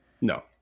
No